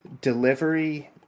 delivery